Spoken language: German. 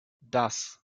das